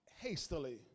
hastily